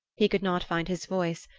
he could not find his voice,